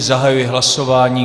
Zahajuji hlasování.